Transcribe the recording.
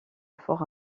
fort